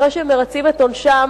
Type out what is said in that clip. אחרי שהם מרצים את עונשם,